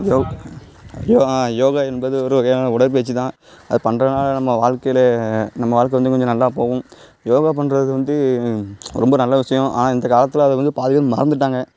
யோ யோகா யோகா என்பது ஒரு வகையான உடற்பயிற்சி தான் அது பண்றதினாலே நம் வாழ்க்கையிலே நம் வாழ்க்க வந்து கொஞ்சம் நல்லா போகும் யோகா பண்ணுறது வந்து ரொம்ப நல்ல விஷயம் ஆனால் இந்த காலத்தில் அது வந்து பாதி பேர் மறந்துட்டாங்க